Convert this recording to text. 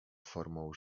formą